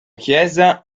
chiesa